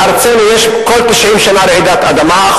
בארצנו יש רעידת אדמה כל 90 שנה,